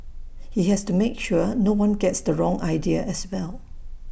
he has to make sure no one gets the wrong idea as well